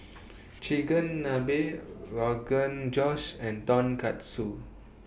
Chigenabe Rogan Josh and Tonkatsu